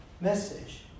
message